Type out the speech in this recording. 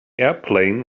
airplane